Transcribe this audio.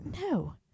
No